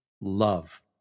Love